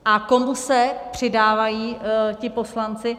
A komu se přidávají ti poslanci?